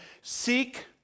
seek